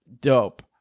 dope